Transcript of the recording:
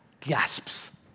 gasps